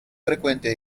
frecuentes